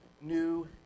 New